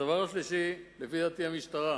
הדבר השלישי, לדעתי, המשטרה